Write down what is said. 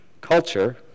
culture